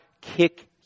kick